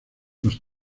los